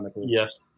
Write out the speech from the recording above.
Yes